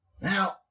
Now